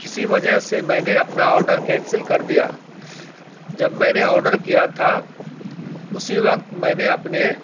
کسی وجہ سے میں نے اپنا آرڈر کینسل کر دیا جب میں نے آرڈر کیا تھا اسی وقت میں نے اپنے